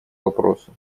вопросу